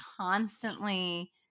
constantly